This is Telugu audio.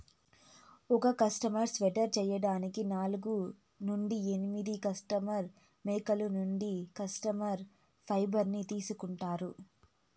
ఒక కష్మెరె స్వెటర్ చేయడానికి నాలుగు నుండి ఎనిమిది కష్మెరె మేకల నుండి కష్మెరె ఫైబర్ ను తీసుకుంటారు